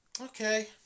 okay